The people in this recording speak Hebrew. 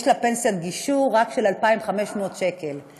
יש לה פנסיית גישור של 2,500 שקל בלבד.